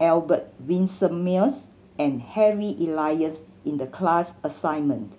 Albert Winsemius and Harry Elias in the class assignment